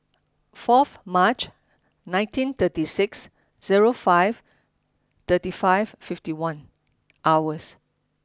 fourth March nineteen thirty six zero five thirty five fifty one hours